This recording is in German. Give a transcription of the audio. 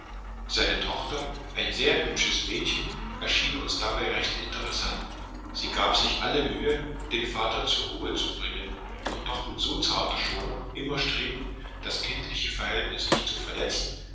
seine tochter ein sehr hübsches mädchen erschien uns dabei recht interessant sie gab sich alle mühe den vater zur ruhe zu bringen und doch mit so zarter schonung immer strebend das kindliche verhältnis nicht zu verletzen